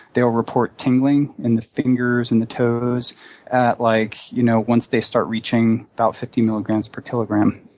they'll report tingling in the fingers and the toes at, like, you know once they start reaching about fifty milligrams per kilogram.